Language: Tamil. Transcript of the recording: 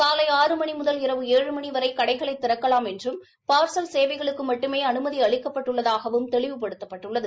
காலை ஆறு மணி முதல் இரவு ஏழு மணி வரை கடைகளை திறக்கலாம் என்றும் பார்சல் சேவைகளுக்கு மட்டுமே அனுமதி அளிக்கப்பட்டுள்ளதாகவும் தெளிவு படுத்தப்பட்டுள்ளது